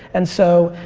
and so,